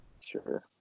sure